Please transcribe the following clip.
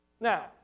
Now